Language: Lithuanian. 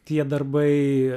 tie darbai